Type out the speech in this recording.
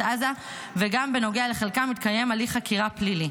עזה וגם בנוגע לחלקם מתקיים הליך חקירה פלילי.